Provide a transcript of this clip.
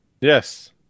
Yes